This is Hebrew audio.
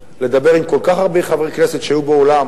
לדבר עם כל כך הרבה חברי כנסת שהיו באולם.